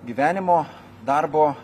gyvenimo darbo